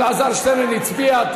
אלעזר שטרן הצביע,